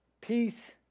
Peace